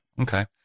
Okay